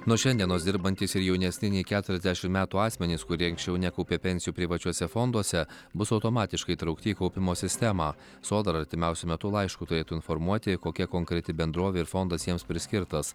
nuo šiandienos dirbantys ir jaunesni nei keturiasdešim metų asmenys kurie anksčiau nekaupė pensijų privačiuose fonduose bus automatiškai įtraukti į kaupimo sistemą sodra artimiausiu metu laišku turėtų informuoti kokia konkreti bendrovė ir fondas jiems priskirtas